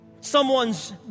Someone's